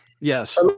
Yes